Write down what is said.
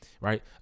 right